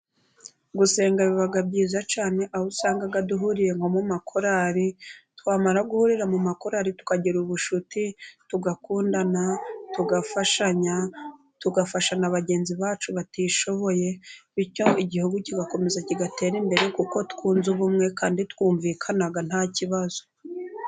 Gusenga biba byiza cyane, aho usanga duhuriye nko mu makorali, twamara guhurira mu makorali tukagira ubucuti, tugakundana, tugafashanya, tugafasha na bagenzi bacu batishoboye. Bityo Igihugu kigakomeza kigatera imbere, kuko twunze ubumwe kandi twumvikana nta kibazo.